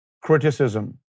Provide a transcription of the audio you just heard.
criticism